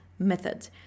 Method